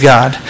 God